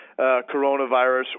coronavirus